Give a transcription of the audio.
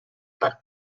but